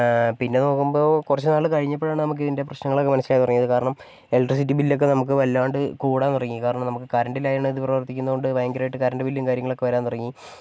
പിന്നെ നോക്കുമ്പോൾ കുറച്ച് നാൾ കഴിഞ്ഞപ്പോഴാണ് നമുക്ക് ഇതിൻ്റെ പ്രശ്നങ്ങളൊക്കെ മനസ്സിലാവാൻ തുടങ്ങിയത് കാരണം ഇലക്ട്രിസിറ്റി ബിൽ ഒക്കെ നമുക്ക് വല്ലാണ്ട് കൂടാൻ തുടങ്ങി കാരണം നമുക്ക് കറണ്ടിലാണ് ഇത് പ്രവൃത്തിപ്പിക്കുന്നത് കൊണ്ട് ഭയങ്കരമായിട്ട് കറണ്ട് ബില്ലും കാര്യങ്ങളൊക്കെ വരാൻ തുടങ്ങി